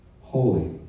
holy